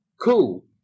Cool